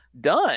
done